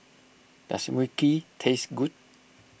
does Mui Kee taste good